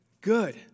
Good